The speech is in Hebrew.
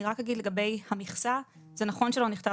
אני רק אגיד לגבי המכסה: זה נכון שלא נכתב